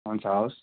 हुन्छ हवस्